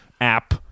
app